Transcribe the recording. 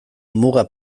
muga